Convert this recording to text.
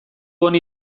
honi